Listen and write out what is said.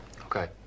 okay